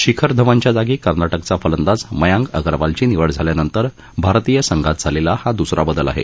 शिखर धवनच्या जागी कर्नाटकचा फलंदाज मयांक अगरवालची निवड झाल्यानंतर भारतीय संघात झालेला हा दुसरा बदल आहे